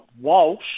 Walsh